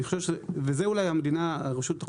אני חושב וזה אולי המדינה הרשות התחרות